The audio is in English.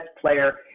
player –